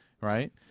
right